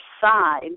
side